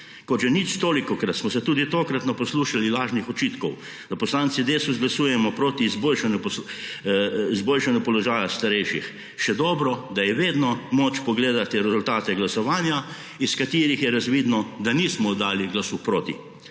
Kot že nič tolikokrat smo se tudi tokrat naposlušali lažnih očitkov, da poslanci Desusa glasujemo proti izboljšanju položaja starejših. Še dobro, da je vedno moč pogledati rezultate glasovanja, iz katerih je razvidno, da nismo dali glasu proti.